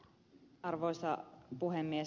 arvoisa puhemies